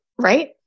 right